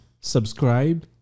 subscribe